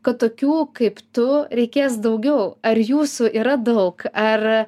kad tokių kaip tu reikės daugiau ar jūsų yra daug ar